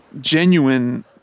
genuine